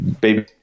baby